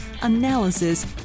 analysis